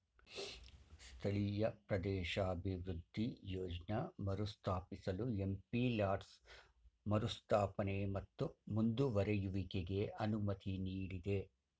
ಸ್ಥಳೀಯ ಪ್ರದೇಶಾಭಿವೃದ್ಧಿ ಯೋಜ್ನ ಮರುಸ್ಥಾಪಿಸಲು ಎಂ.ಪಿ ಲಾಡ್ಸ್ ಮರುಸ್ಥಾಪನೆ ಮತ್ತು ಮುಂದುವರೆಯುವಿಕೆಗೆ ಅನುಮತಿ ನೀಡಿದೆ